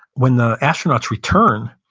when the astronauts return,